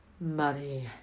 money